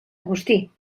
agustí